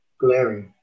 glaring